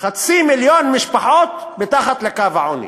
0.5 מיליון משפחות מתחת לקו העוני,